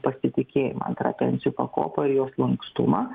pasitikėjimą antra pensijų pakopa ir jos lankstumą